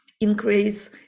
increase